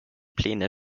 pläne